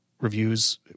reviews